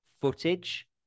footage